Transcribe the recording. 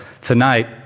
tonight